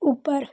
ऊपर